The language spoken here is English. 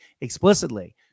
explicitly